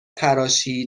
تراشی